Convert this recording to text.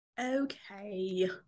okay